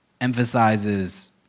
emphasizes